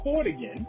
again